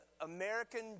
American